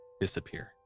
disappear